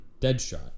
Deadshot